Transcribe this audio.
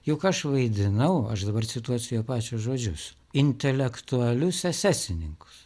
juk aš vaidinau aš dabar cituosiu jo pačio žodžius intelektualius esesininkus